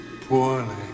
poorly